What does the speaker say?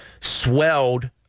swelled